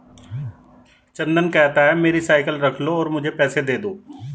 चंदन कहता है, मेरी साइकिल रख लो और मुझे पैसे दे दो